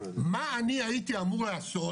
מה אני הייתי אמור לעשות?